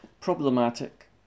problematic